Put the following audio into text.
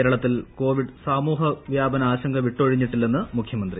കേരളത്തിൽ കോവിഡ് സാമൂഹൃ വൃാപന ആശങ്ക വിട്ടൊഴിഞ്ഞിട്ടില്ലെന്ന് മുഖ്യമന്ത്രി